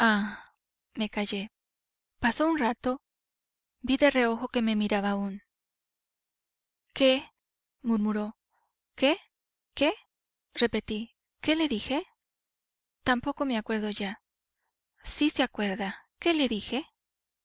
me callé pasó un rato vi de reojo que me miraba aún qué murmuró qué qué repetí qué le dije tampoco me acuerdo ya sí se acuerda qué le dije